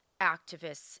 activists